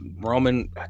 Roman